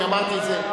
אני אמרתי את זה,